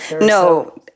no